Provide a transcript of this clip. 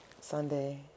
Sunday